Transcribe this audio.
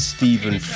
Stephen